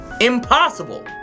Impossible